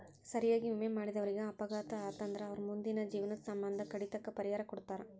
ಸರಿಯಾಗಿ ವಿಮೆ ಮಾಡಿದವರೇಗ ಅಪಘಾತ ಆತಂದ್ರ ಅವರ್ ಮುಂದಿನ ಜೇವ್ನದ್ ಸಮ್ಮಂದ ಕಡಿತಕ್ಕ ಪರಿಹಾರಾ ಕೊಡ್ತಾರ್